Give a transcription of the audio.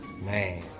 man